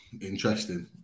Interesting